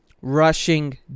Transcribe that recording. rushing